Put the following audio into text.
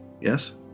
Yes